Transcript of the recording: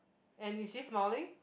and is she smiling